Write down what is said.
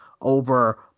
over